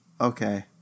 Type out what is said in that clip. Okay